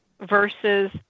versus